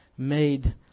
made